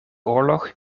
oorlog